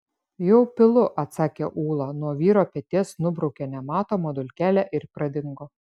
jau pilu atsakė ūla nuo vyro peties nubraukė nematomą dulkelę ir pradingo